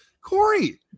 Corey